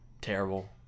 terrible